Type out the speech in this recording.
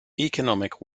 economic